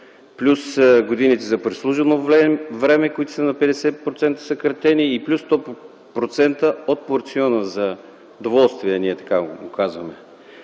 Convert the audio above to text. плюс годините за прослужено време, които са на 50% съкратени, и плюс 100% от порциона за доволствия, както му казваме.